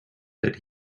that